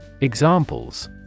Examples